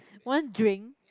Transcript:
one drink